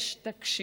יש תקשי"ר.